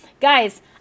guys